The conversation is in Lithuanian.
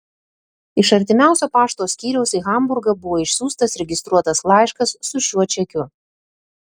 iš artimiausio pašto skyriaus į hamburgą buvo išsiųstas registruotas laiškas su šiuo čekiu